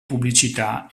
pubblicità